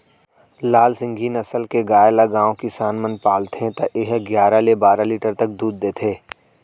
लाल सिंघी नसल के गाय ल गॉँव किसान मन पालथे त ए ह गियारा ले बारा लीटर तक दूद देथे